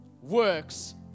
works